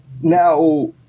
now